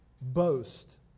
boast